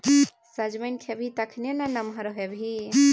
सजमनि खेबही तखने ना नमहर हेबही